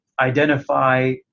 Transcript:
identify